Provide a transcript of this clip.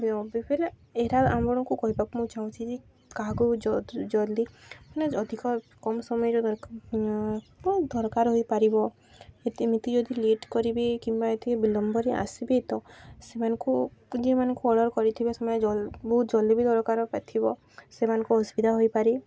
କି ପାଇଁ ନା ଏଇଟା ଆମଣଙ୍କୁ କହିବାକୁଁ ଚାହୁଁଛି ଯେ କାହାକୁ ଜଲଦି ମାନେ ଅଧିକ କମ ସମୟରେ ଦରକାର ହୋଇପାରିବ ଏ ଏମିତି ଯଦି ଲେଟ୍ କରିବି କିମ୍ବା ଏତିକି ବିଲମ୍ବରେ ଆସିବେ ତ ସେମାନଙ୍କୁ ଯେଉଁମାନଙ୍କୁ ଅର୍ଡ଼ର କରିଥିବେ ସେମାନେ ବହୁତ ଜଲ୍ଦି ବି ଦରକାର ପାଇ ଥିବ ସେମାନଙ୍କୁ ଅସୁବିଧା ହୋଇପାରେ